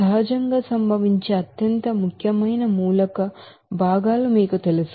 సహజంగా సంభవించే అత్యంత ముఖ్యమైన ఎలిమెంట్ కాన్స్టిట్యూయెంట్స్ మీకు తెలుసు